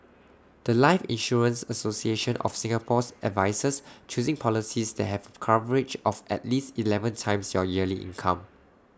The Life insurance association of Singapore's advises choosing policies that have A coverage of at least Eleven times your yearly income